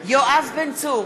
יואב בן צור,